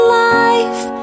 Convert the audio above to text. life